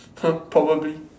!huh! probably